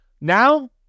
Now –